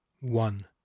one